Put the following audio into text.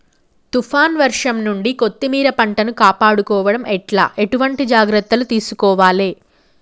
తుఫాన్ వర్షం నుండి కొత్తిమీర పంటను కాపాడుకోవడం ఎట్ల ఎటువంటి జాగ్రత్తలు తీసుకోవాలే?